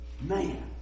Man